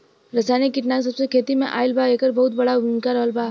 रासायनिक कीटनाशक जबसे खेती में आईल बा येकर बहुत बड़ा भूमिका रहलबा